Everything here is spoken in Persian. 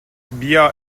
بیا